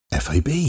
FAB